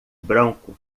branco